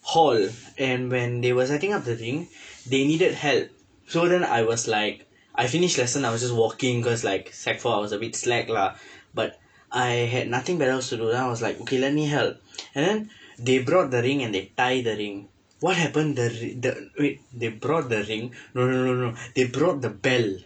hall and when they were setting up the thing they needed help so then I was like I finished lesson I was just walking cause like sec four I was a bit slack lah but I had nothing better else to do then I was like okay let me help and then they brought the ring and they tie the ring what happened the r~ the they brought the ring no no no no no they brought the bell